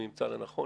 אם הוא ימצא לנכון,